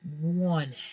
one